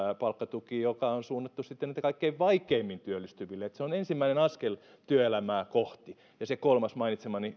palkkatuki joka on suunnattu sitten näille kaikkein vaikeimmin työllistyville se on ensimmäinen askel työelämää kohti ja se kolmas mainitsemani